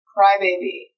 Crybaby